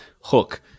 Hook